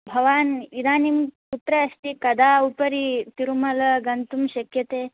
भवान् इदानीं कुत्र अस्ति कदा उपरि तिरुमल गन्तुं शक्यते